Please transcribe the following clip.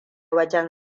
wajen